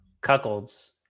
cuckolds